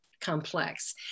complex